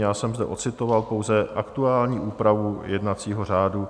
Já jsem zde ocitoval pouze aktuální úpravu jednacího řádu.